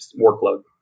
workload